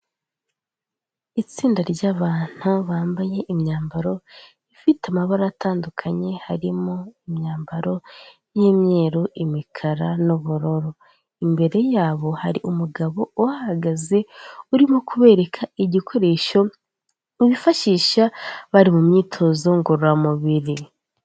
Itsinda ry'abantu bambaye imyambaro ifite amabara atandukanye harimo imyambaro y'imyeru, imikara n'ubururu, imbere yabo hari umugabo uhagaze urimo kubereka igikoresho bifashisha bari mu myitozo ngororamubiri.